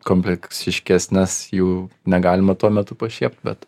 kompleksiškesnes jų negalima tuo metu pašiept bet